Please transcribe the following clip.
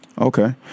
Okay